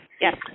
Yes